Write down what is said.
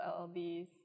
LLBs